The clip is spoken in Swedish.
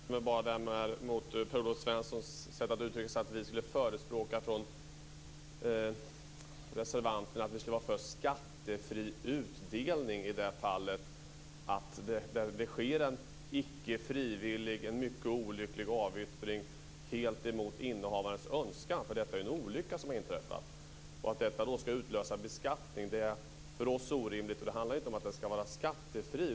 Fru talman! Jag vänder mig mot Per-Olof Svenssons sätt att uttrycka sig, om att reservanterna skulle vara för skattefri utdelning i det fall det sker en icke frivillig, mycket olycklig avyttring helt emot innehavarens önskan. Detta är ju en olycka som har inträffat. Att detta då skall utlösa beskattning är för oss orimligt. Det handlar inte om skattefrihet.